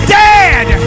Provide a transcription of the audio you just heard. dead